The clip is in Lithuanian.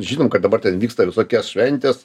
žinom kad dabar ten vyksta visokios šventės